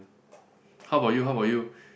how about you how about you